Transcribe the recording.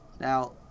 Now